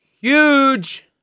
huge